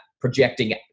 projecting